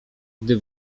gdy